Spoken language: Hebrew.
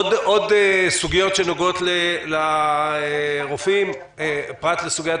עוד סוגיות שנוגעות לרופאים פרט לסוגיית